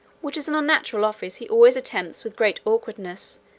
which is an unnatural office he always attempts with great awkwardness,